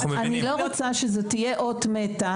אני לא רוצה שזו תהיה אות מתה,